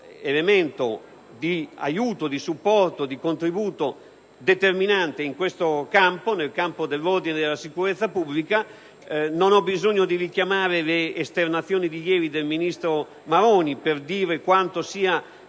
elemento di aiuto, di supporto, un contributo determinante nel campo dell'ordine e della sicurezza pubblica. Non ho bisogno di richiamare le esternazioni di ieri del ministro Maroni per dire quanto sia